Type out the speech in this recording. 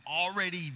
already